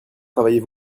travaillez